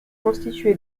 constitué